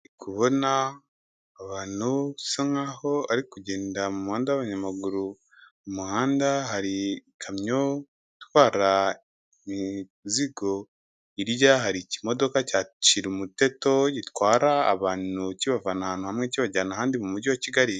Ndi kubona abantu usa nkaho ari kugenda mu muhanda w'abanyamaguru, mu muhanda hari ikamyo itwara imizigo, hirya hari iki imodoka cya shirumuteto gitwara abantu kibavana ahantu hamwe kibajyana ahandi mu mujyi wa Kigali.